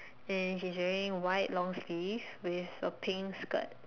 and she's wearing white long sleeve with a pink skirt